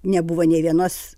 nebuvo nė vienos